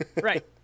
right